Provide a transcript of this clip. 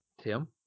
Tim